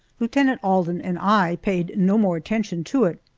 lieutenant alden and i paid no more attention to it.